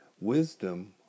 Wisdom